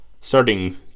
Starting